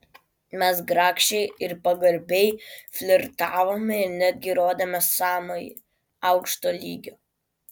mes grakščiai ir pagarbiai flirtavome ir netgi rodėme sąmojį aukšto lygio